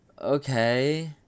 okay